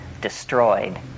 destroyed